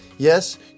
Yes